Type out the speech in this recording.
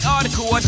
Article